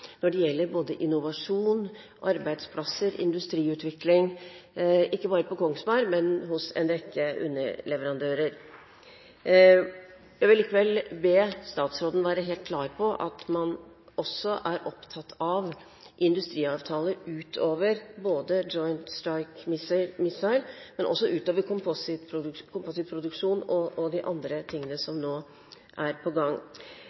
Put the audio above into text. når det gjelder både innovasjon, arbeidsplasser og industriutvikling – ikke bare på Kongsberg, men hos en rekke underleverandører. Jeg vil likevel be statsråden være helt klar på at man også er opptatt av industriavtaler utover både Joint Strike Missile, komposittproduksjonen og annet som nå er på gang.